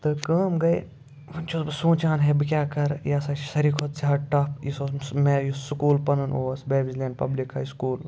تہٕ کٲم گٔے وٕنۍ چھُس بہٕ سونٛچان ہے بہٕ کیٛاہ کَرٕ یہِ ہَسا چھِ ساروی کھۄتہٕ زیادٕ ٹَف یُس اوسُم سُہ مےٚ یُس سکوٗل پَنُن اوس بیبیج لٮ۪مپ پَبلِک ہاے سکوٗل